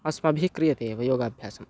अस्माभिः क्रियते एव योगाभ्यासः